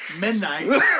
midnight